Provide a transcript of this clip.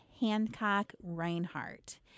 Hancock-Reinhardt